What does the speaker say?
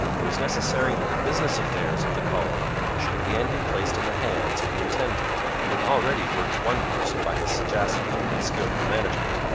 it was necessary that the business affairs of the colony should again be placed in the hands of the intendant, who had already worked wonders by his sagacity and skilful management.